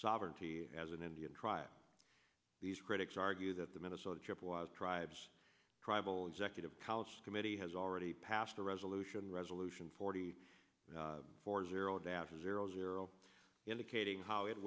sovereignty as an indian tribe these critics argue that the minnesota trip was tribes tribal executive college committee has already passed a resolution resolution forty four zero down to zero zero indicating how it